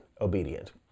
obedient